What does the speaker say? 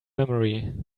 memory